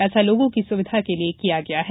ऐसा लोगों की सुविधा के लिये किया गया है